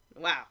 Wow